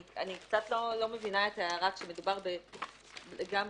אני קצת לא מבינה את ההערה שמדובר --- לגמרי.